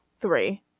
three